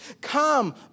Come